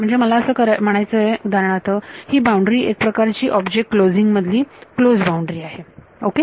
म्हणजे मला असं म्हणायचं उदाहरणार्थ ही बाउंड्री एक प्रकारची ऑब्जेक्ट क्लोजिंग मधील क्लोज्ड बाउंड्री आहे ओके